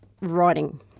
writing